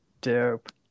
dope